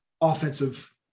offensive